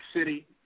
City